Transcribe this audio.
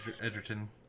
Edgerton